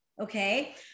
okay